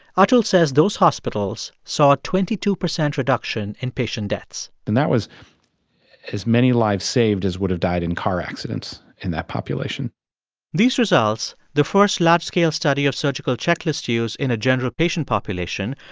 atul says those hospitals saw a twenty two percent reduction in patient deaths and that was as many lives saved as would've died in car accidents in that population these results, the first large-scale study of surgical checklist use in a general patient population,